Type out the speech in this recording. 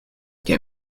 get